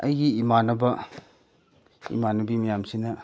ꯑꯩꯒꯤ ꯏꯃꯥꯟꯅꯕ ꯏꯃꯥꯟꯅꯕꯤ ꯃꯌꯥꯝꯁꯤꯅ